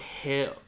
Hell